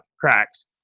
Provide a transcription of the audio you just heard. cracks